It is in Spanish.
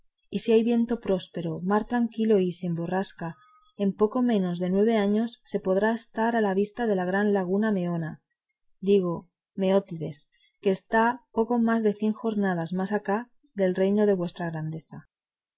y si hay viento próspero mar tranquilo y sin borrasca en poco menos de nueve años se podrá estar a vista de la gran laguna meona digo meótides que está poco más de cien jornadas más acá del reino de vuestra grandeza